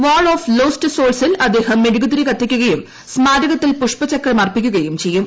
wall of lost സോൾസിൽ അദ്ദേഹം മെഴുകുതിരി കത്തിക്കുകയും സ്മാരകത്തിൽ പുഷ്പചക്രം അർപ്പിക്കുകയും ചെയ്യും